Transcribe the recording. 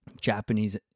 Japanese